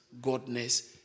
godness